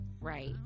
Right